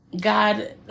God